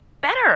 better